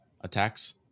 attacks